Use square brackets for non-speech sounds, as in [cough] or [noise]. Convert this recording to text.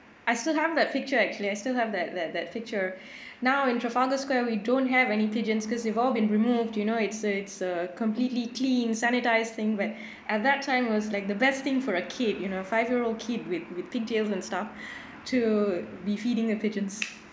I still have that picture actually I still have that that that picture [breath] now in trafalgar square we don't have any pigeons cause they've all been removed you know it's it's a completely clean sanitise thing but [breath] at that time was like the best thing for a kid you know five year old kid with with pigtails and stuff [breath] to be feeding the pigeons [noise]